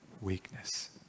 weakness